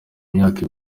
imyaka